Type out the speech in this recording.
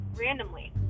randomly